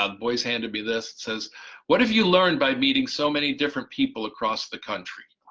ah boys handed me this, it says what have you learned by meeting so many different people across the country?